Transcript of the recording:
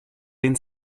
den